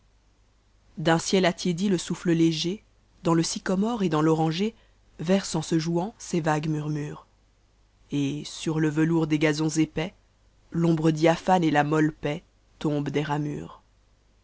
d'mm ciel attiédi e sout o éger dans le sycomore et dans l'oranger verse en se jouant ses vagues murmures et sur le velours des gazons épais l'ombre d aphane et la molle paix tombent des ramures